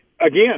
again